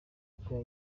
uko